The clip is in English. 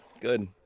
good